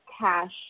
cash